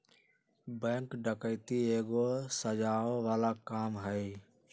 bank डकैती एगो सजाओ बला काम हई